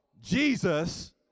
Jesus